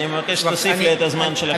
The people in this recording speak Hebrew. אני מבקש להוסיף לי את הזמן שלקחת ממני.